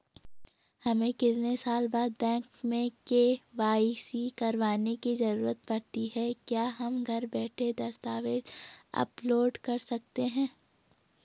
हमें कितने साल बाद बैंक में के.वाई.सी करवाने की जरूरत पड़ती है क्या हम घर बैठे दस्तावेज़ अपलोड कर सकते हैं?